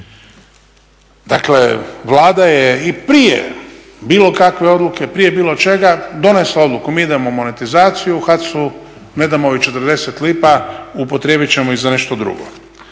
Dakle, Vlada je i prije bilo kakve odluke, prije bilo čega donesla odluku mi idemo u monetizaciju u HAC-u, ne damo joj 40 lipa, upotrijebit ćemo ih za nešto drugo.